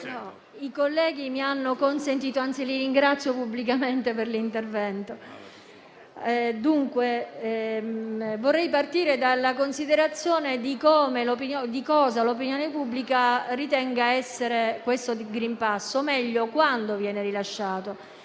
I colleghi me l'hanno consentito, anzi, li ringrazio pubblicamente per l'intervento. Come dicevo, vorrei partire dalla considerazione su cosa l'opinione pubblica ritenga essere il *green pass* o, meglio, su quando viene rilasciato.